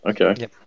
Okay